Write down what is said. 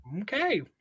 Okay